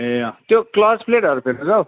ए अँ त्यो क्लज प्लेटहरू फेर्नु छ हौ